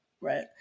right